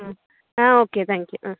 ம் ah okay thank you ம்